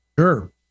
Sure